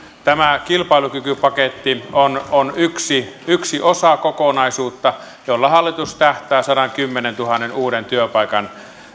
tämä kilpailukykypaketti on on yksi yksi osa kokonaisuutta jolla hallitus tähtää sadankymmenentuhannen uuden työpaikan